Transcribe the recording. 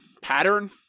pattern